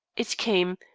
it came,